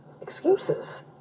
excuses